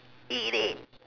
eat it